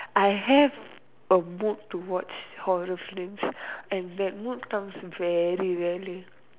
I have a mood to watch horror films and that mood comes very rarely